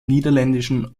niederländischen